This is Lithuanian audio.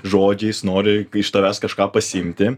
žodžiais nori iš tavęs kažką pasiimti